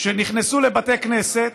שנכנסו לבתי כנסת